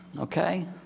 okay